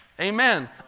Amen